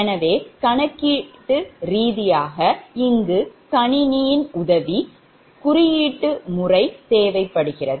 எனவே கணக்கீட்டு ரீதியாக இங்கு கணினி யின் உதவி உடன் குறியீட்டு முறை தேவைபடுகிறது